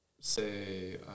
say